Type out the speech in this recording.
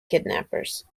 kidnappers